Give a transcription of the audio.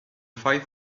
five